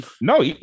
No